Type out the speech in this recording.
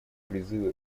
призывы